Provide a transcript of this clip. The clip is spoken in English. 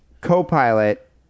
co-pilot